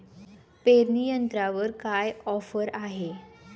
पेरणी यंत्रावर काय ऑफर आहे?